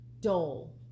dull